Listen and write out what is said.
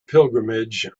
pilgrimage